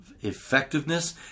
effectiveness